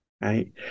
right